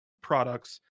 products